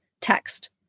text